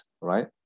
right